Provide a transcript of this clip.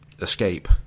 escape